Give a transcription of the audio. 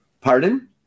Pardon